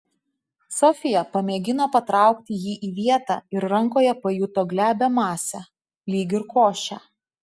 sofija pamėgino patraukti jį į vietą ir rankoje pajuto glebią masę lyg ir košę